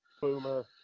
Boomer